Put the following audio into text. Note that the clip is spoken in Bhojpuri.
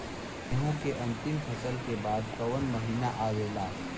गेहूँ के अंतिम फसल के बाद कवन महीना आवेला?